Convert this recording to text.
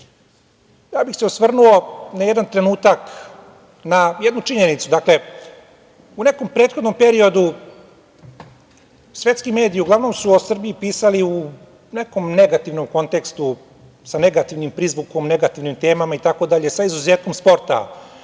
bih se osvrnuo na jedan trenutak na jednu činjenicu. Dakle, u nekom prethodnom periodu svetski mediji uglavnom su o Srbiji pisali u nekom negativnom kontekstu, sa negativnim prizvukom, negativnim temama itd. sa izuzetkom sporta.